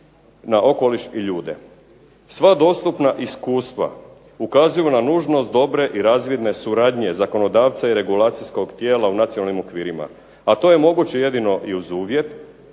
na okoliš i ljude. Sva dostupna iskustva ukazuju na nužnost dobre i razvidne suradnje zakonodavca i regulacijskog tijela u nacionalnim okvirima, a to je moguće jedino i uz uvjet